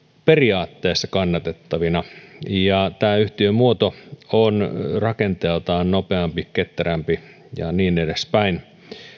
periaatteessa kannatettavina tämä yhtiömuoto on rakenteeltaan nopeampi ketterämpi ja niin edespäin